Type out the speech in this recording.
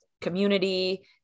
community